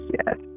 yes